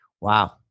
Wow